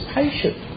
patient